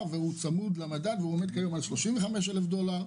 צמוד למדד (עומד כיום על 35,000 דולרים).